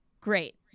Great